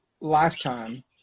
Lifetime